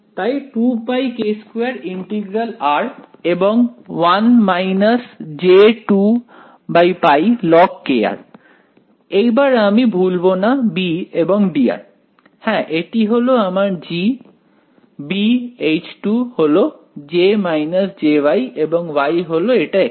তাই 2πk2 integral r এবং 1 j2π log এইবার আমি ভুলবো না b এবং dr হ্যাঁ এটি হলো আমার G b H হল J jY এবং Y হল এটা এখানে